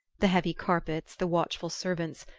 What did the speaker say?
the heavy carpets, the watchful servants,